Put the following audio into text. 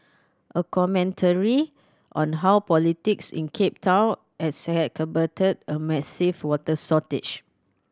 a commentary on how politics in Cape Town a massive water shortage